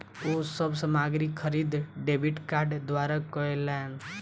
ओ सब सामग्री खरीद डेबिट कार्ड द्वारा कयलैन